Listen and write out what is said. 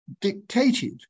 dictated